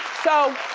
so